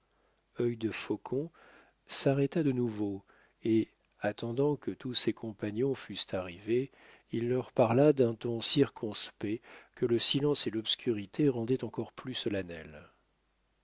une gorge œil de faucon s'arrêta de nouveau et attendant que tous ses compagnons fussent arrivés il leur parla d'un ton circonspect que le silence et l'obscurité rendaient encore plus solennel